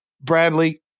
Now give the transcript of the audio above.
Bradley